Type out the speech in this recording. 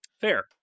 Fair